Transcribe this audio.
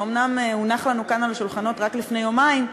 שאומנם הונח לנו כאן על השולחנות רק לפני יומיים,